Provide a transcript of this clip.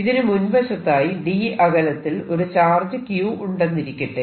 ഇതിനു മുൻവശത്തായി d അകലത്തിൽ ഒരു ചാർജ് q ഉണ്ടെന്നിരിക്കട്ടെ